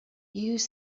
use